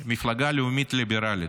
מפלגה לאומית ליברלית: